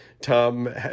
Tom